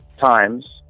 times